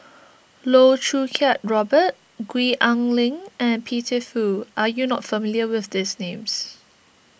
Loh Choo Kiat Robert Gwee Ah Leng and Peter Fu are you not familiar with these names